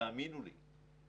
תאמינו לי,